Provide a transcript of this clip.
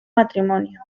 matrimonio